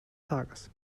tages